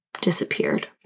disappeared